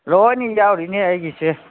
ꯂꯣꯏꯅ ꯌꯥꯎꯔꯤꯅꯦ ꯑꯩꯒꯤꯁꯦ